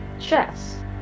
Chess